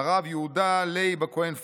הרב יהודה ליב הכהן פישמן,